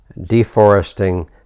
deforesting